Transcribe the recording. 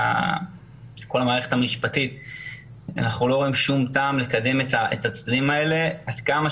איננו רואים טעם לקדם את הנושא הנדון בכאן.